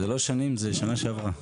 זה לא שנים, זה שנה שעברה.